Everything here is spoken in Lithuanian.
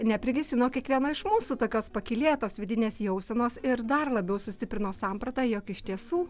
neprigesino kiekvieno iš mūsų tokios pakylėtos vidinės jausenos ir dar labiau sustiprino sampratą jog iš tiesų